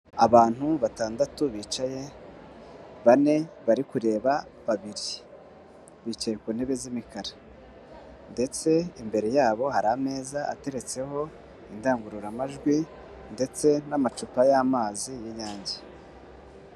Abantu batandatu bicaye bane bari kureba babiri bicaye ku ntebe z'imikara, ndetse imbere yabo hari ameza ateretseho indangururamajwi ndetse n'amacupa y'amazi y'Inyange.